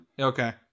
Okay